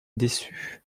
dessus